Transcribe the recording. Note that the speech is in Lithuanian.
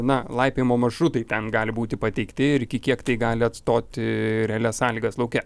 na laipiojimo maršrutai ten gali būti pateikti ir iki kiek tai gali atstoti realias sąlygas lauke